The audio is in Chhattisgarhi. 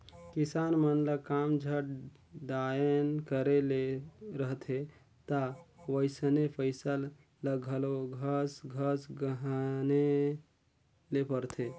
किसान मन ल काम झट दाएन करे ले रहथे ता वइसने पइसा ल घलो खस खस गने ले परथे